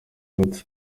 yavutse